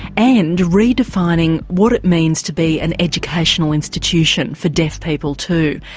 and redefining what it means to be an educational institution for deaf people too,